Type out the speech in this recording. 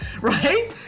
right